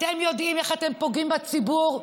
אתם יודעים איך אתם פוגעים בציבור?